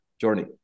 journey